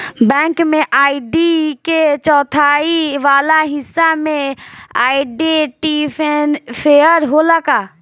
Bank में ID के चौथाई वाला हिस्सा में आइडेंटिफैएर होला का?